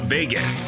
Vegas